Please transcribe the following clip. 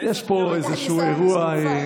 יש פה איזשהו אירוע.